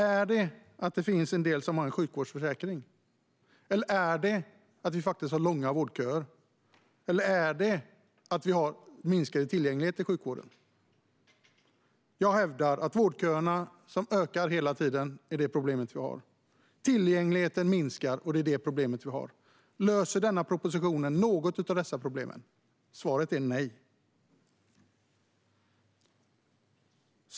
Är det att en del har sjukvårdsförsäkring? Eller är det faktiskt långa vårdköer? Eller är det minskad tillgänglighet i sjukvården? Jag hävdar att ett problem vi har är att vårdköerna ökar hela tiden. Och tillgängligheten minskar. Löser förslaget i den här propositionen något av dessa problem? Svaret är nej.